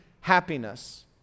happiness